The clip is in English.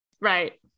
Right